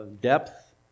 depth